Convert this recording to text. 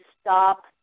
stop